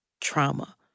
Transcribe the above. trauma